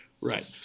Right